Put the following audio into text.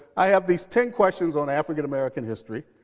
i have these ten questions on african-american history.